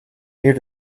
near